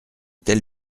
telle